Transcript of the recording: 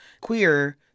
queer